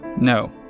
no